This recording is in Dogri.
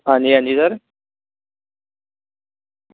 हां जी हां जी सर